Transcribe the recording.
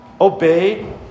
Obey